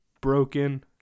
broken